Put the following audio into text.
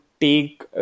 take